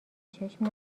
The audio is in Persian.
چشم